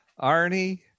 Arnie